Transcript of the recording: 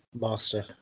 master